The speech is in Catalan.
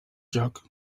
joc